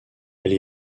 elle